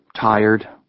Tired